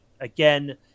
Again